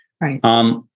Right